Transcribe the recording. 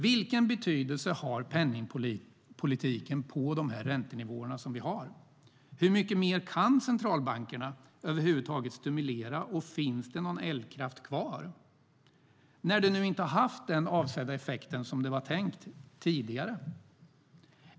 Vilken betydelse har penningpolitiken på de räntenivåer som vi har? Hur mycket mer kan centralbankerna över huvud taget stimulera? Och finns det någon eldkraft kvar, när det inte haft avsedd effekt tidigare?